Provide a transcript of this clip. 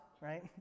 right